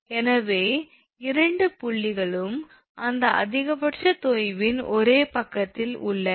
எனவே இரண்டு புள்ளிகளும் அந்த அதிகபட்ச தொய்வின் ஒரே பக்கத்தில் உள்ளன